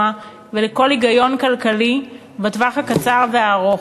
ולכל היגיון כלכלי בטווח הקצר והארוך.